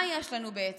מה יש לנו, בעצם?